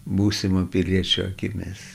būsimo piliečio akimis